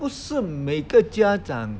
不是每个家长